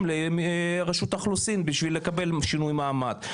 לרשות האוכלוסין בשביל לקבל שינוי מעמד.